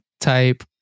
type